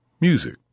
music